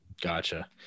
Gotcha